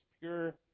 pure